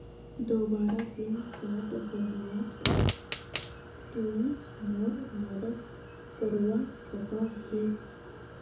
दोबारा pin code बनवात तुई मोर मदद करवा सकोहिस?